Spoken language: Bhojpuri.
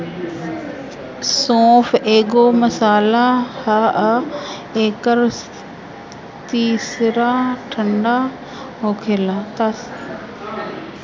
सौंफ एगो मसाला हअ एकर तासीर ठंडा होखेला